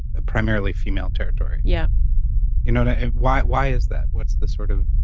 a primarily female territory. yeah you know why why is that? what's the sort of?